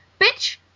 bitch